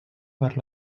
per